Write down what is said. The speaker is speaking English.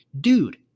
Dude